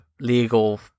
legal